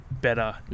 better